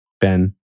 Ben